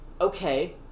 okay